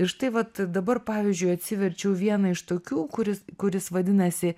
ir štai vat dabar pavyzdžiui atsiverčiau vieną iš tokių kuris kuris vadinasi